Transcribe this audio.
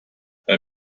bei